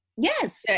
Yes